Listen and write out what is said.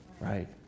right